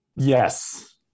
Yes